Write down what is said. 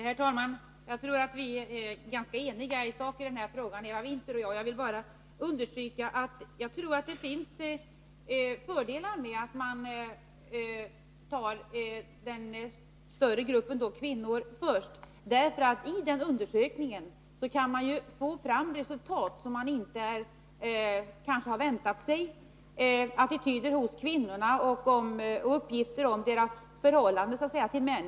Herr talman! Jag tror att Eva Winther och jag är ganska eniga i sak i den här frågan. Jag vill bara understryka att jag tror det finns vissa fördelar med att intervjua den större gruppen, kvinnor, först. I den undersökningen kan man kanske få resultat som man inte väntat sig när det gäller uppgifter om attityder hos kvinnorna och deras förhållande till män.